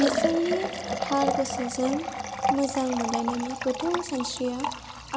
बिसोरनि थार गोसोजों मोजां मोनलायनायनि गोथौ सानस्रिया